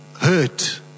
Hurt